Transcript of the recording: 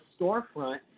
storefront